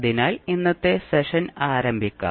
അതിനാൽ ഇന്നത്തെ സെഷൻ ആരംഭിക്കാം